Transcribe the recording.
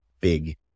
big